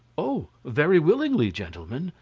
oh! very willingly, gentlemen,